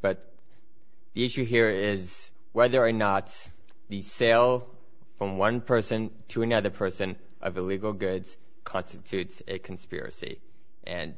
but the issue here is whether or not the sale from one person to another person of illegal goods constitutes a conspiracy and